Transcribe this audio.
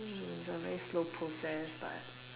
hmm it's a very slow process but